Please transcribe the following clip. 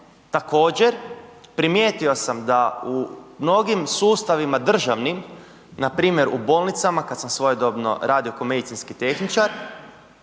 Također, primijetio sam da u mnogim sustavima državnim npr. u bolnicama kad sam svojedobno radio ko medicinski tehničar,